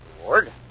Reward